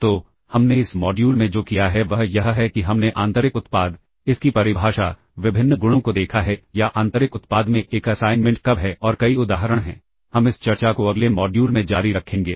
तो हमने इस मॉड्यूल में जो किया है वह यह है कि हमने आंतरिक उत्पाद इसकी परिभाषा विभिन्न गुणों को देखा है या आंतरिक उत्पाद में एक असाइनमेंट कब है और कई उदाहरण हैं हम इस चर्चा को अगले मॉड्यूल में जारी रखेंगे